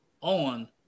on